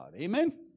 Amen